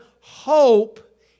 hope